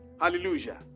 Hallelujah